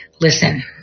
listen